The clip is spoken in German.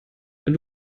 wenn